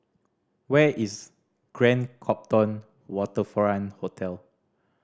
where is Grand Copthorne Waterfront Hotel